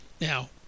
Now